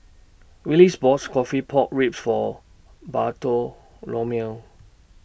Willis bots Coffee Pork Ribs For Bartholomew